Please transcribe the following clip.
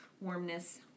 warmness